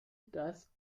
dass